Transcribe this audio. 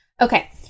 Okay